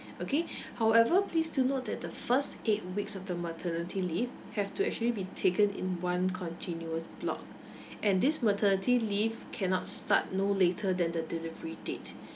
okay however please do note that the first eight weeks of the maternity leave have to actually be taken in one continuous block and this maternity leave cannot start no later than the delivery date